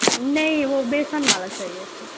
نہیں وہ بیسن والا چاہیے تھا